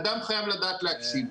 אדם חייב לדעת להקשיב.